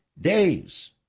Days